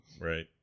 right